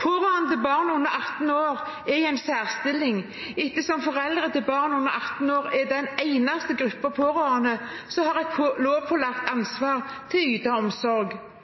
Pårørende til barn under 18 år er i en særstilling, ettersom foreldre til barn under 18 år er den eneste gruppen pårørende som har